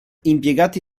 impiegati